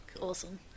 awesome